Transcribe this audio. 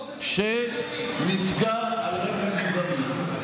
שנפגע על רקע גזעני.